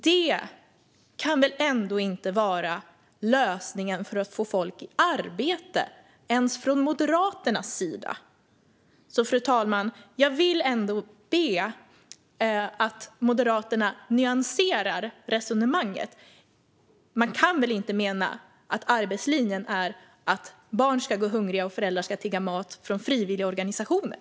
Det kan väl ändå inte vara lösningen för att få folk i arbete, ens från Moderaternas sida? Fru talman! Jag vill ändå be om att Moderaterna nyanserar resonemanget. Man kan väl inte mena att arbetslinjen är att barn ska gå hungriga och föräldrar ska tigga mat från frivilligorganisationer?